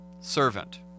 servant